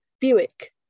Buick